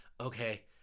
Okay